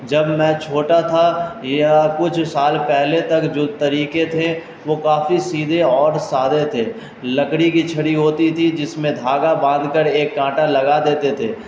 جب میں چھوٹا تھا یا کچھ سال پہلے تک جو طریقے تھے وہ کافی سیدھے اور سادے تھے لکڑی کی چھڑی ہوتی تھی جس میں دھاگا باندھ کر ایک کانٹا لگا دیتے تھے